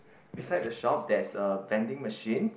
beside the shop there's a vending machine